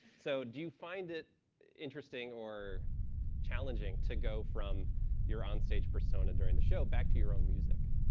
so do you find it interesting or challenging to go from your onstage persona during the show back to your own music?